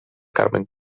carmen